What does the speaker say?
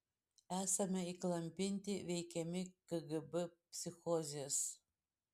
esame įklampinti veikiami kgb psichozės